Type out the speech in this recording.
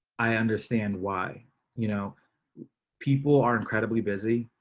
i understand why you know people are incredibly busy.